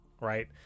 right